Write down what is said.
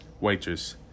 Waitress